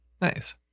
Nice